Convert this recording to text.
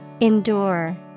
Endure